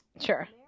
sure